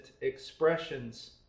expressions